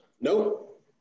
Nope